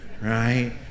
right